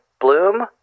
Bloom